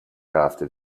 after